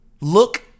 Look